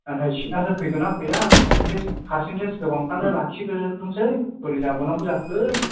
नाथाइ सितआसो फैगोनना फैया फारसेनथेस फारसेनथेस गोबांफ्रानो लाखिग्रो जोबथोंसै बोरै जाबाव नांगौ जाखो